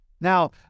Now